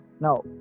Now